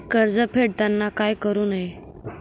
कर्ज फेडताना काय करु नये?